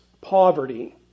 poverty